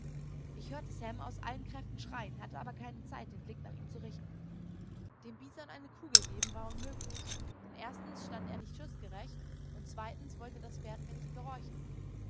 ich hörte sam aus allen kräften schreien hatte aber keine zeit den blick nach ihm zu richten dem bison eine kugel geben war unmöglich denn erstens stand er mir nicht schußgerecht und zweitens wollte mir das pferd nicht gehorchen